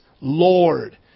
Lord